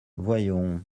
voyons